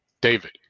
David